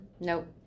Nope